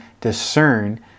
discern